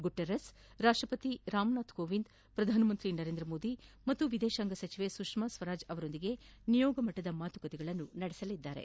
Guterres ಅವರು ರಾಷ್ಷಪತಿ ರಾಮನಾಥ್ ಕೋವಿಂದ್ ಪ್ರಧಾನ ಮಂತ್ರಿ ನರೇಂದ್ರ ಮೋದಿ ಮತ್ತು ವಿದೇತಾಂಗ ಸಚಿವೆ ಸುಷ್ಮಾ ಸ್ವರಾಜ್ ಅವರೊಂದಿಗೆ ನಿಯೋಗ ಮಟ್ಟದ ಮಾತುಕತೆ ಸಹ ನಡೆಸಲಿದ್ದಾರೆ